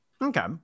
Okay